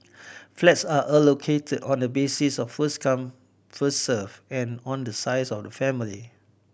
flats are allocated on the basis of first come first served and on the size of the family